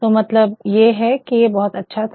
तो मतलब ये है कि ये बहुत अच्छा था